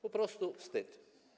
Po prostu wstyd.